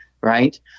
right